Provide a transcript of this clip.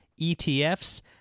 ETFs